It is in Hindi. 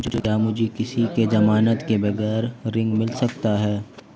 क्या मुझे किसी की ज़मानत के बगैर ऋण मिल सकता है?